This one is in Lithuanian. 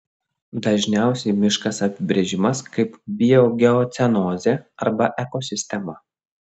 dažniausiai miškas apibrėžimas kaip biogeocenozė arba ekosistema